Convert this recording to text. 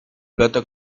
plata